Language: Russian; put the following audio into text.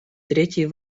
третий